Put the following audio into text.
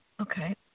Okay